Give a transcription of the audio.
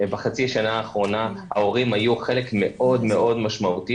בחצי השנה האחרונה ההורים היו חלק מאוד מאוד משמעותי